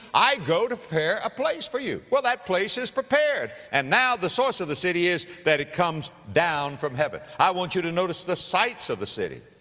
i go to prepare a place for you. well, that place is prepared. and now the source of the city is that it comes down from heaven. i want you to notice the sights of the city.